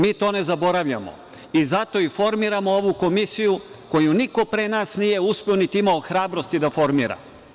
Mi to ne zaboravljamo i zato i formiramo ovu komisiju koju niko pre nas nije uspeo, niti je imao hrabrosti da formira.